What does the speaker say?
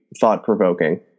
thought-provoking